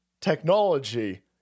technology